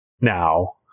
now